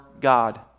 God